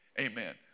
Amen